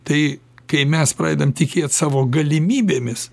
tai kai mes pradedam tikėt savo galimybėmis